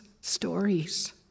stories